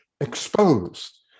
exposed